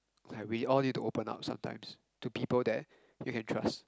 like we all need to open up sometimes to people that we can trust